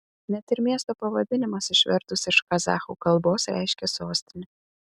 net ir miesto pavadinimas išvertus iš kazachų kalbos reiškia sostinę